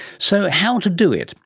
so how to do it?